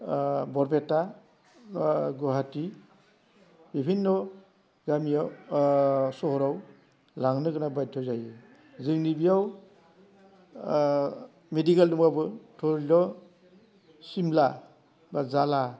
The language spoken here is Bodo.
बरपेटा गुवाहाटि बिभिन्न गामियाव सहराव लांनो गोनां बायध जायो जोंनि बियाव मेडिकेल दंब्लाबो धरिल' सिमला बा जाला